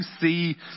see